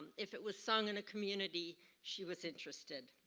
if it was song in a community, she was interested.